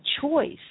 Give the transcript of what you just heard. choice